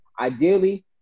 ideally